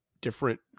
different